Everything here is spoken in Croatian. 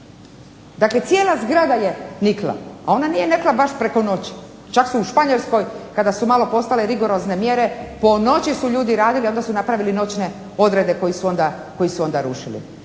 Dakle, cijela zgrada je nikla, a ona nije nikla baš preko noći. Čak su u Španjolskoj kada su malo postale rigorozne mjere po noći su ljudi radili onda su napravili noćne odrede koji su onda rušili.